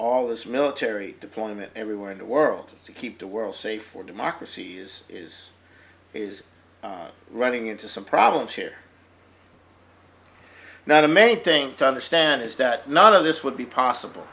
all this military deployment everywhere in the world to keep the world safe for democracy is is is running into some problems here now the main thing to understand is that none of this would be possible